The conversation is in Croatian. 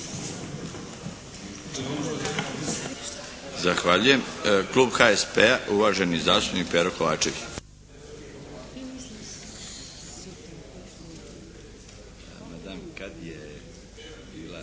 Zahvaljujem. Klub HSP-a uvaženi zastupnik Pero Kovačević.